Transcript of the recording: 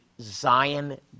Zion